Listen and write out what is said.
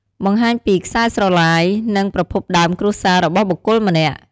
បង្ហាញពី ខ្សែស្រឡាយ និង ប្រភពដើមគ្រួសារ របស់បុគ្គលម្នាក់។